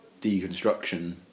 deconstruction